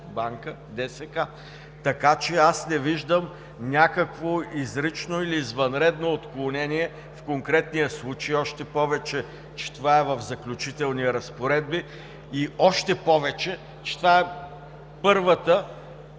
Банка ДСК. Така че аз не виждам някакво изрично или извънредно отклонение в конкретния случай, още повече че това е в Заключителните разпоредби и още повече, че това е първата,